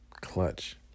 Clutch